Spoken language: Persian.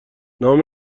نام